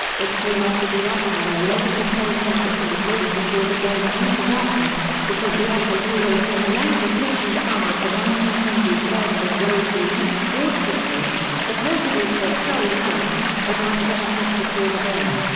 it came after the umpire allegedly told hank that he was ready to call the game due to darkness, because the ump yeah former yankee pitching star of the nineteen twenty s murderers row team, george pipgras, supposedly said sorry hank, but i'm gonna have to call the game.